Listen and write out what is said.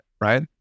right